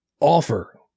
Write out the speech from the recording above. offer